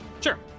Sure